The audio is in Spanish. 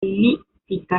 prolífica